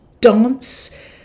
dance